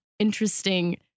interesting